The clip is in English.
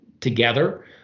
together